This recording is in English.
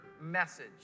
message